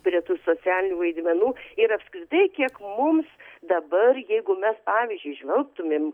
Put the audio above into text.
prie tų socialinių vaidmenų ir apskritai kiek mums dabar jeigu mes pavyzdžiui žvelgtumėm